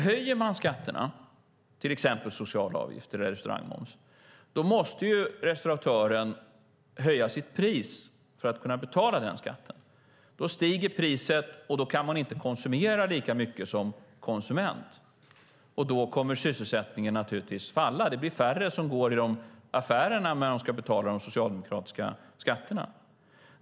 Höjer man skatterna, till exempel sociala avgifter eller restaurangmoms, måste ju restauratören höja sitt pris för att kunna betala den skatten. Då stiger priset, och då kan man som konsument inte konsumera lika mycket. Då kommer sysselsättningen naturligtvis att falla. Det blir färre som går i affärerna när de ska betala de socialdemokratiska skatterna.